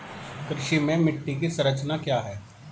कृषि में मिट्टी की संरचना क्या है?